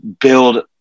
build